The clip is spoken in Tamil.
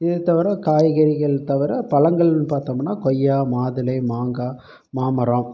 இதை தவிர காய்கறிகள் தவிர பழங்கள் பார்த்தோம்னா கொய்யா மாதுளை மாங்காய் மாமரம்